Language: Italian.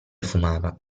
fumava